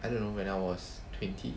I don't know when I was twenty